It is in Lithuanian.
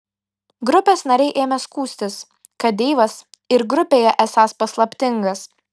grupės nariai ėmė skųstis kad deivas ir grupėje esąs paslaptingas